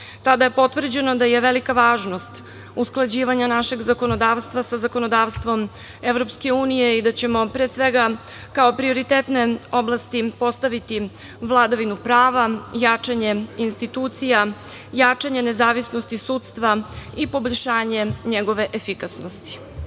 Tada je potvrđeno da je velika važnost usklađivanja našeg zakonodavstva sa zakonodavstvom EU i da ćemo, pre svega, kao prioritetne oblasti postaviti vladavinu prava, jačanje institucija, jačanje nezavisnosti sudstva i poboljšanje njegove efikasnosti. Pregovarački